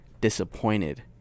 disappointed